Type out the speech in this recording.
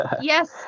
Yes